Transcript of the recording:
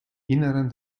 inneren